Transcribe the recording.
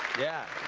yeah.